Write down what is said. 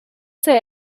say